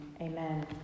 amen